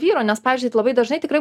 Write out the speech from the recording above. vyro nes pavyzdžiui labai dažnai tikrai